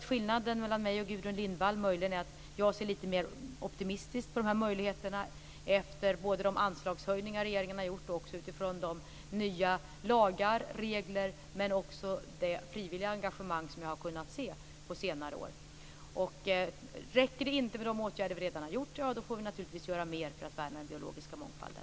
Skillnaden mellan mig och Gudrun Lindvall är möjligen att jag ser litet mer optimistiskt på de här möjligheterna, både med tanke på de anslagshöjningar som regeringen har gjort och utifrån nya lagar och regler och även det frivilliga engagemang som jag har kunnat se på senare år. Räcker det inte med de åtgärder vi redan har vidtagit får vi naturligtvis göra mer för att värna den biologiska mångfalden.